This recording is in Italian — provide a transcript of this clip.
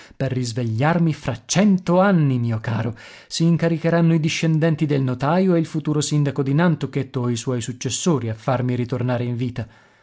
per risvegliarmi fra cento anni mio caro si incaricheranno i discendenti del notaio e il futuro sindaco di nantucket o i suoi successori a farmi ritornare in vita